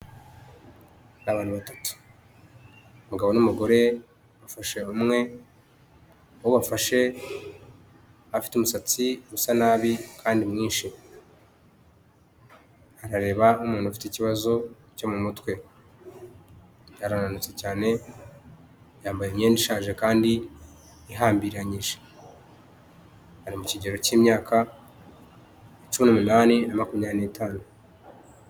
Ni abantu batatu, umugabo n'umugore bafashe umwe, uwo bafashe afite umusatsi usa nabi kandi mwinshi, arareba nk'umuntu ufite ikibazo mu mutwe, arananutse cyane, yambaye imyenda ishaje kandi ihambiranyije, ari mu kigero k'imyaka cumi n'umunani na makumyabiri n'itanu.